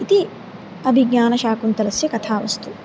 इति अभिज्ञानशाकुन्तलस्य कथा वस्तुः